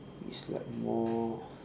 it's like more